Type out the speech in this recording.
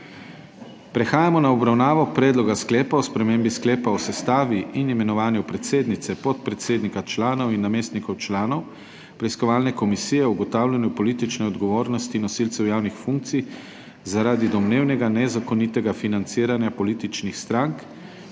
Prehajamo na obravnavo Predloga sklepa o spremembi Sklepa o sestavi in imenovanju predsednice, podpredsednika, članov in namestnikov članov Preiskovalne komisije o ugotavljanju politične odgovornosti nosilcev javnih funkcij zaradi domnevnega nezakonitega financiranja političnih strank